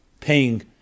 paying